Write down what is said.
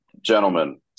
gentlemen